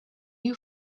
you